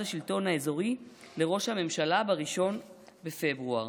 השלטון האזורי לראש הממשלה ב-1 בפברואר.